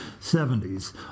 70s